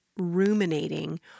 ruminating